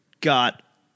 got